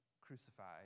crucified